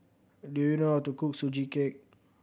do you know how to cook Sugee Cake